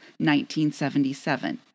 1977